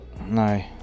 No